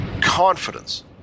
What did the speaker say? confidence